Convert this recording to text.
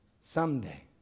Someday